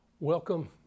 Welcome